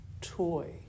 toy